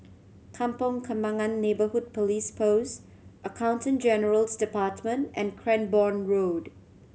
Kampong Kembangan Neighbourhood Police Post Accountant General's Department and Cranborne Road